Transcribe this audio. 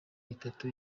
itatu